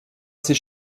ces